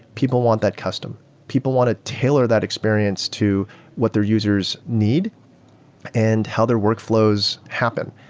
people want that custom. people want to tailor that experience to what their users need and how their workflows happen.